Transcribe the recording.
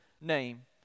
name